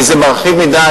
כי זה מרחיב מדי,